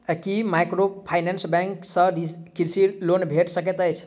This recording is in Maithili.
की माइक्रोफाइनेंस बैंक सँ कृषि लोन भेटि सकैत अछि?